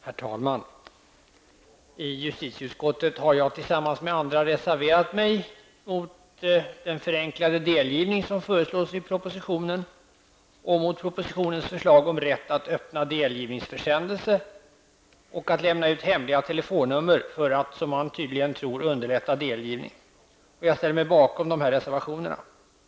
Herr talman! I justitieutskottet har jag tillsammans med andra ledamöter reserverat mig mot den förenklade delgivning som föreslås i propositionen och mot propositionens förslag om rätt att öppna delgivningsförsändelse och rätt att lämna ut hemliga telefonnummer för att, som man tydligen tror, underlätta delgivning. Jag ställer mig bakom dessa reservationer.